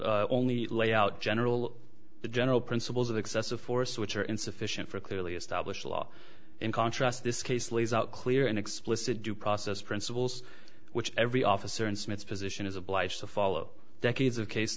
art only lay out general the general principles of excessive force which are insufficient for clearly as blish law in contrast this case lays out clear and explicit due process principles which every officer in smith's position is obliged to follow decades of case